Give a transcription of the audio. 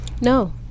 No